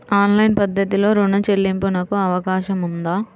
Online పద్ధతిలో రుణ చెల్లింపునకు అవకాశం ఉందా?